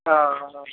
हँ